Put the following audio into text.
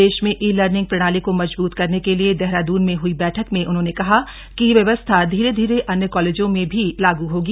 प्रदेश में e learning प्रणाली को मजबूत करने के लिए विधानसभा में हई बैठक में उन्होंने कहा कि यह व्यवस्था धीरे धीरे अन्य कॉलेजों में भी लागू होगी